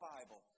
Bible